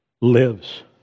lives